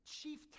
Chief